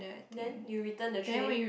then you return the tray